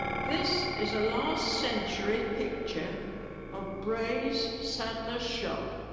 this is a last century picture of bray's saddlers' shop.